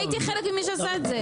הייתי חלק ממי שעשה את זה.